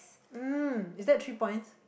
um is that three points